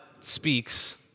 speaks